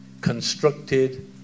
constructed